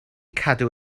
cadw